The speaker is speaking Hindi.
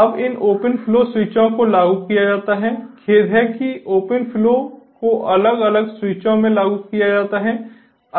अब इन ओपन फ्लो स्विचों को लागू किया जाता है खेद है कि ओपन फ्लो को अलग अलग स्विचों में लागू किया जाता है